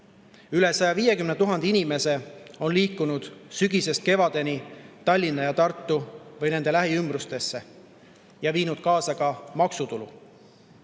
Üle 150 000 inimese on liikunud sügisel Tallinna ja Tartusse või nende lähiümbrusesse ja viinud kaasa ka maksutulu.